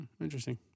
Interesting